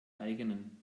eigenen